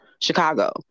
Chicago